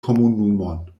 komunumon